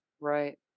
Right